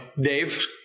Dave